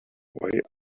why